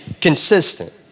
consistent